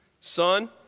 son